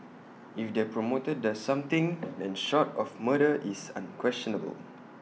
if the promoter does something then short of murder it's unquestionable